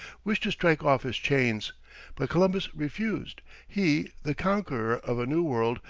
wished to strike off his chains but columbus refused. he, the conqueror of a new world,